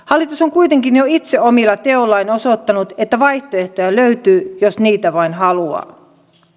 hallitus on kuitenkin jo itse omilla teoillaan osoittanut että vaihtoehtoja löytyy jos niitä vain haluaa